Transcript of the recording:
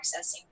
accessing